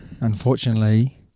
unfortunately